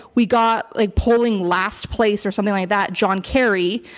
we got like polling last place or something like that john kerry,